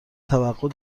توقع